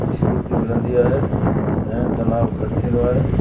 स्फूर्ती मिलंदी आहे ऐं तनाउ घटि थींदो आहे